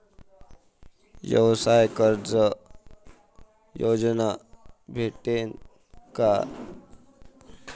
व्यवसाय कर्ज योजना भेटेन का?